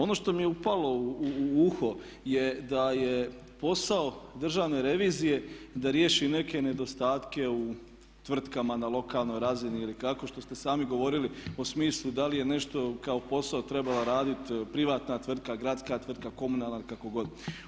Ono što mi je upalo u uho je da je posao Državne revizije da riješi neke nedostatke u tvrtkama na lokalnoj razini ili kako što ste i sami govorili o smislu da li nešto kao posao trebala raditi privatna tvrtka, gradska tvrtka, komunalna ili kako god.